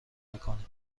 میکنیم